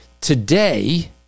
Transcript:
today